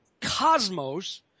cosmos